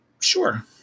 Sure